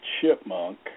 chipmunk